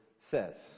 says